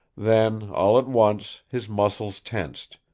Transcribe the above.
then, all at once, his muscles tensed,